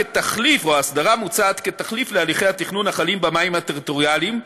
והאסדרה מוצעת כתחליף להליכי התכנון החלים במים הטריטוריאליים,